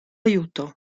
aiuto